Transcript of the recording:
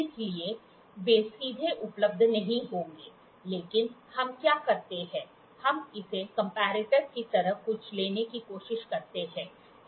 इसलिए वे सीधे उपलब्ध नहीं होंगे लेकिन हम क्या करते हैं हम इसे कंम्पेरिटर की तरह कुछ लेने की कोशिश करते हैं